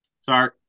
Sorry